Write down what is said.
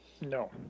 no